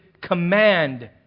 command